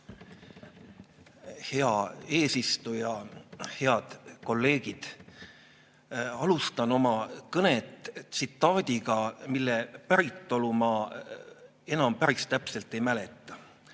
Hea eesistuja! Head kolleegid! Alustan oma kõnet tsitaadiga, mille päritolu ma enam päris täpselt ei mäleta.